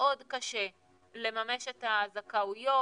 מאוד קשה לממש את הזכאויות,